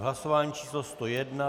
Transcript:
Hlasování číslo 101.